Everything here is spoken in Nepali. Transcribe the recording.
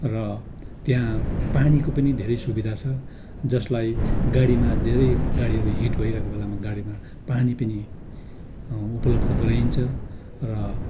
र त्यहाँ पानीको पनि धेरै सुविधा छ जसलाई गाडीमा धेरै गाडीहरू हिट भइरहेको बेलामा गाडीमा पानी पनि उपलब्ध गराइन्छ र